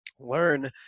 learn